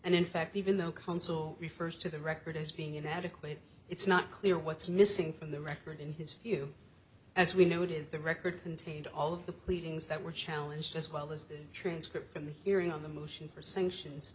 and in fact even though counsel refers to the record as being inadequate it's not clear what's missing from the record in his view as we noted the record contained all of the pleadings that were challenged as well as the transcript from the hearing on the motion for sanctions